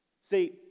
See